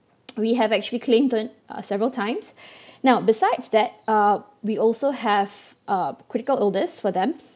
we have actually claimed them uh several times now besides that uh we also have uh critical illness for them